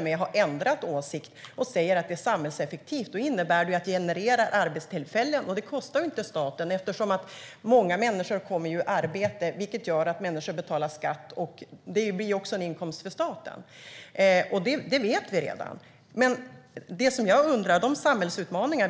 nu har ändrat åsikt och säger att det är samhällseffektivt innebär det att det genererar arbetstillfällen. Det kostar inte staten något, eftersom många människor kommer i arbete, vilket gör att människor betalar skatt. Det blir också en inkomst för staten. Det vet vi redan. Vi står inför samhällsutmaningar.